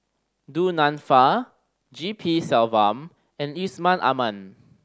Du Nanfa G P Selvam and Yusman Aman